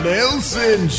Nelson